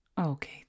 Okay